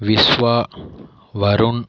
Vishwa Varun